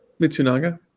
mitsunaga